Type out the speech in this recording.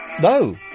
No